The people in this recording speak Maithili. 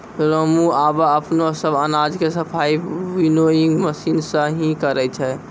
रामू आबॅ अपनो सब अनाज के सफाई विनोइंग मशीन सॅ हीं करै छै